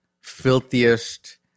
filthiest